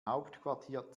hauptquartier